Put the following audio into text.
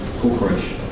corporation